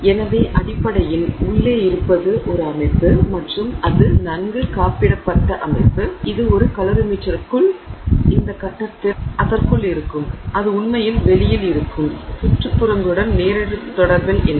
எனவே அடிப்படையில் உள்ளே இருப்பது அமைப்பு மற்றும் அது நன்கு காப்பிடப்பட்ட அமைப்பு இது ஒரு கலோரிமீட்டருக்குள் இந்த கட்டத்தில் அதற்குள் இருக்கும் அது உண்மையில் வெளியில் இருக்கும் சுற்றுப்புறங்களுடன் நேரடி தொடர்பில் இல்லை